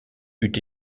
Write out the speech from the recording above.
eût